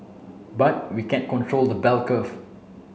but we can't control the bell curve